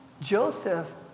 Joseph